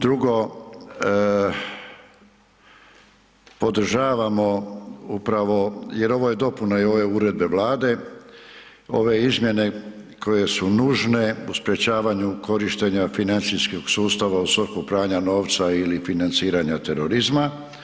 Drugo, podržavamo upravo, jer ovo je dopuna i ove uredbe Vlade, ove izmjene koje su nužne u sprječavanju korištenja financijskog sustava u svrhu pranja novca ili financiranja terorizma.